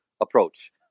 approach